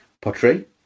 Pottery